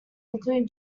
include